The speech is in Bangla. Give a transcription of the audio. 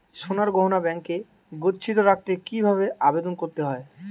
সোনার গহনা ব্যাংকে গচ্ছিত রাখতে কি ভাবে আবেদন করতে হয়?